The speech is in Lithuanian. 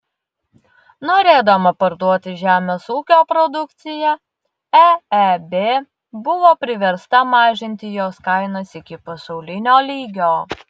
norėdama parduoti žemės ūkio produkciją eeb buvo priversta mažinti jos kainas iki pasaulinio lygio